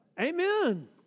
Amen